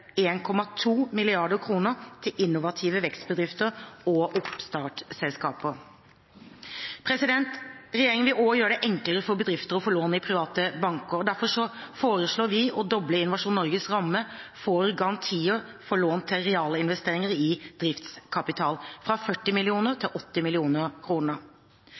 til innovative vekstbedrifter og oppstartsselskaper. Regjeringen vil også gjøre det enklere for bedrifter å få lån i private banker. Derfor foreslår vi å doble Innovasjon Norges ramme for garantier for lån til realinvesteringer i driftskapital fra 40 mill. til 80